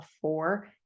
four